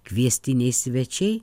kviestiniai svečiai